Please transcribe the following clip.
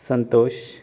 Santosh